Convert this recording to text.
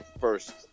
first